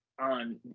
on